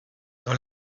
dans